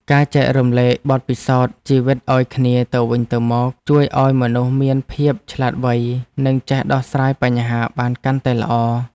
ការចែករំលែកបទពិសោធន៍ជីវិតឱ្យគ្នាទៅវិញទៅមកជួយឱ្យមនុស្សមានភាពឆ្លាតវៃ និងចេះដោះស្រាយបញ្ហាបានកាន់តែល្អ។